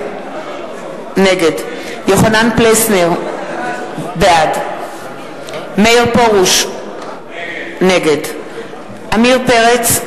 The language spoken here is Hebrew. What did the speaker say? נגד יוחנן פלסנר, בעד מאיר פרוש, נגד עמיר פרץ,